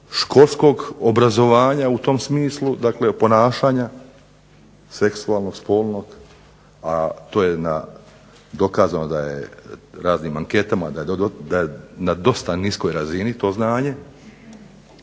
školskog obrazovanja u tom smislu dakle ponašanja seksualnog, spolnog. To je dokazano raznim anketama da je dosta niska razina toga znanja.